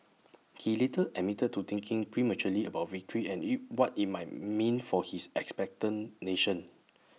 he later admitted to thinking prematurely about victory and you what IT might mean for his expectant nation